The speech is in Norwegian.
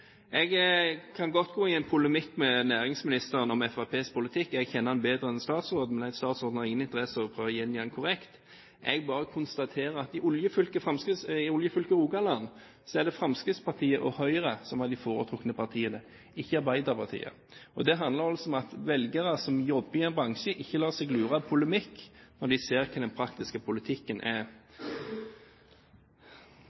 Jeg kan godt gå i en polemikk med næringsministeren om Fremskrittspartiets politikk, jeg kjenner den bedre enn statsråden. Men statsråden har ingen interesse av å prøve å gjengi den korrekt. Jeg bare konstaterer at i oljefylket Rogaland er det Fremskrittspartiet og Høyre som er de foretrukne partiene, ikke Arbeiderpartiet. Det handler om at velgere som jobber i en bransje, ikke lar seg lure av polemikk når de ser hva den praktiske politikken er.